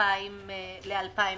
ל-2020